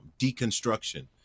deconstruction